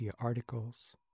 articles